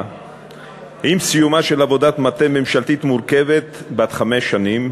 עם סיומה של עבודת מטה ממשלתית מורכבת בת חמש שנים.